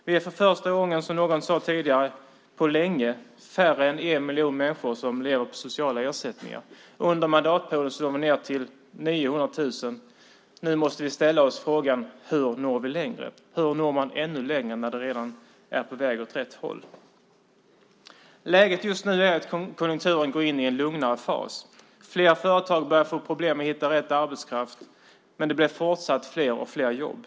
Som någon sade tidigare är vi för första gången på länge färre än en miljon människor som lever på sociala ersättningar. Under mandatperioden ska vi ned till 900 000. Nu måste vi ställa oss frågan hur vi når längre. Hur når man ännu längre när det redan är på väg åt rätt håll? Läget just nu är att konjunkturen går in i en lugnare fas. Flera företag börjar få problem att hitta rätt arbetskraft, men det blir fortsatt fler och fler jobb.